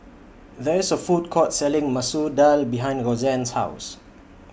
There IS A Food Court Selling Masoor Dal behind Rozanne's House